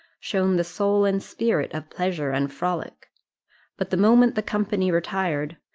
shone the soul and spirit of pleasure and frolic but the moment the company retired,